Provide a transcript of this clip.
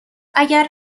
اگر